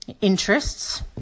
interests